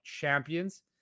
champions